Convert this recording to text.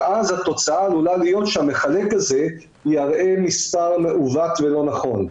אז התוצאה עלולה להיות שהמחלק הזה יראה מספר מעוות ולא נכון.